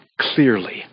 clearly